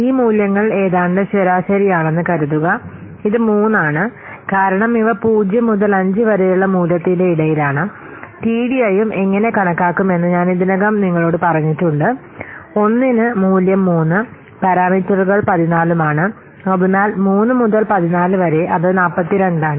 ഈ മൂല്യങ്ങൾ ഏതാണ്ട് ശരാശരിയാണെന്ന് കരുതുക ഇത് 3 ആണ് കാരണം ഇവ 0 മുതൽ 5 വരെയുള്ള മൂല്യത്തിന്റെ ഇടയിൽ ആണ് ടിഡിഐയും എങ്ങനെ കണക്കാക്കുമെന്ന് ഞാൻ ഇതിനകം നിങ്ങളോട് പറഞ്ഞിട്ടുണ്ട് ഒന്നിന് മൂല്യം 3 പാരാമീറ്ററുകൾ 14ഉം ആണ് അതിനാൽ 3 മുതൽ 14 വരെ അത് 42 ആണ്